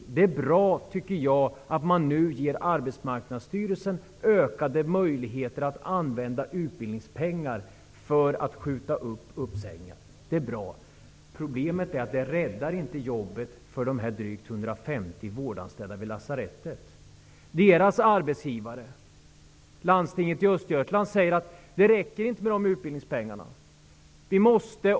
Jag tycker att det är bra att man nu ger Arbetsmarknadsstyrelsen ökade möjligheter att använda utbildningspengar för att skjuta upp uppsägningar. Problemet är att detta inte räddar jobben för de drygt 150 vårdanställda vid lasarettet. Deras arbetsgivare, landstinget i Östergötland, säger att utbildningspengarna inte räcker.